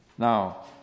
Now